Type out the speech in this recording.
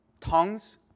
Tongues